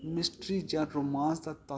mystery ਜਾ romance ਦਾ ਤੱਥ